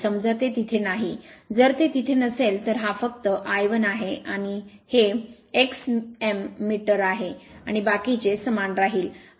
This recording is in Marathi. समजा ते तिथे नाही जर ते तिथे नसेल तर हा फक्त I 1 आहे हे X m मीटर आहे आणि बाकीचे समान राहील